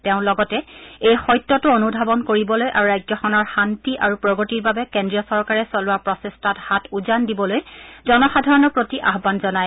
তেওঁ লগতে এই সত্যটো অনুধাৱন কৰিবলৈ আৰু ৰাজ্যখনৰ শান্তি আৰু প্ৰগতিৰ বাবে কেন্দ্ৰীয় চৰকাৰে চলোৱা প্ৰচেষ্টাত হাত উজান দিবলৈ জনসাধাৰণৰ প্ৰতি আহান জনায়